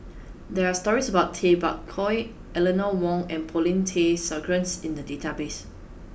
there are stories about Tay Bak Koi Eleanor Wong and Paulin Tay Straughan in the database